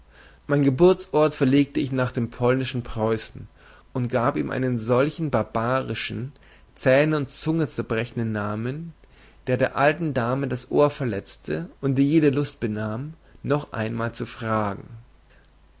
meinen geburtsort verlegte ich nach dem polnischen preußen und gab ihm einen solchen barbarischen zähne und zunge zerbrechenden namen der der alten dame das ohr verletzte und ihr jede lust benahm noch einmal zu fragen